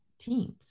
teams